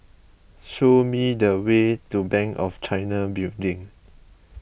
show me the way to Bank of China Building